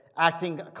acting